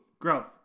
growth